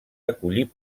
acollir